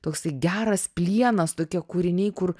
toksai geras plienas tokie kūriniai kur